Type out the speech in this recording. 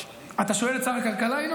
ינון, אתה שואל את שר הכלכלה?